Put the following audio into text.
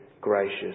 gracious